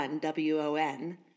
W-O-N